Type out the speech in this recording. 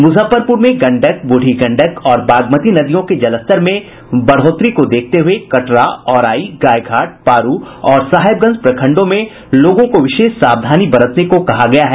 मुजफ्फरपुर में गंडक बूढ़ी गंडक और बागमती नदियों के जलस्तर में वृद्वि को देखते हुए कटरा औराई गायघाट पारू और साहेबगंज प्रखंडों में लोगों को विशेष सावधानी बरतने को कहा गया है